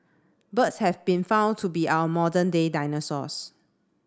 birds have been found to be our modern day dinosaurs